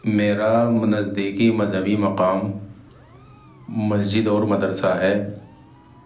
میرا نزدیکی مذہبی مقام مسجد اور مدرسہ ہے